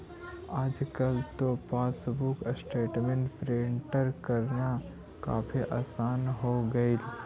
आजकल तो passbook statement print करना काफी आसान हो गईल